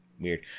weird